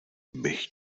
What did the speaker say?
bych